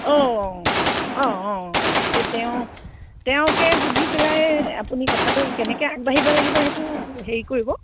অঁ অঁ অঁ এই তেওঁ তেওঁকে সুধি পেলাই আপুনি কথাটো কেনেকৈ আগবাঢ়িব লাগিব সেইটো হেৰি কৰিব